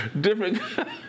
different